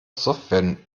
software